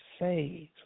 saved